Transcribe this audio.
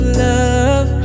love